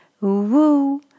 woo